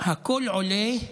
הכול עולה,